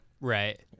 Right